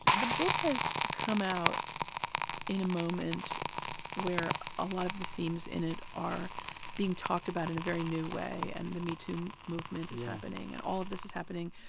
the book has come out in a moment where a lot of the themes in it are being talked about in a very new way. and the metoo movement is happening, and all of this is happening.